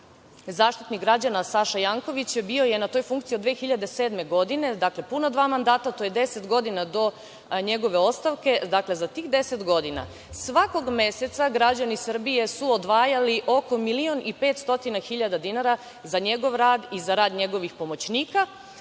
Zaštitnik građana Saša Janković bio je na toj funkciji 2007. godine. Dakle, puna dva mandata. To je 10 godina do njegove ostavke. Za tih 10 godina svakog meseca građani Srbije su odvajali oko milion i 500 hiljada dinara za njegov rad i rad njegovih pomoćnika.